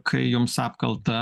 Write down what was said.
kai jums apkaltą